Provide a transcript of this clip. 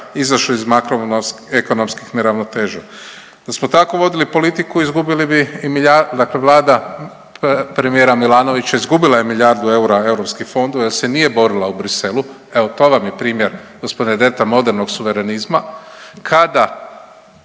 iz makroekonomskih neravnoteža. Da smo tako vodili politiku izgubili bi i, dakle vlada premijera Milanovića izgubila je milijardu eura europskih fondova jer se nije borila u Bruxellesu, evo to vam je primjer gospodine Dretar modernog suverenizma. Kada